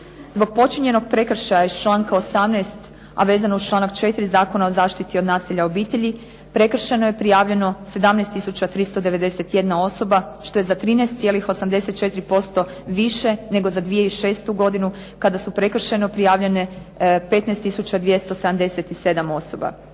Zbog počinjenog prekršaja iz članka 18., a vezano uz članak 4. Zakona o zaštiti od nasilja u obitelji prekršajno je prijavljeno 17 tisuća 391 osoba što je za 13,84% više nego za 2006. godinu kada su prekršajno prijavljene 15 tisuća